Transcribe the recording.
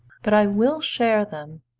but i will share them.